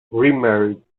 remarried